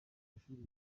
mashuri